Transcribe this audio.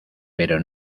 pero